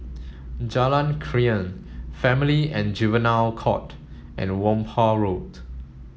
Jalan Krian Family and Juvenile Court and Whampoa Road